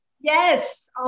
Yes